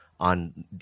on